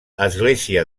església